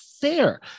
fair